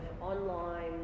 online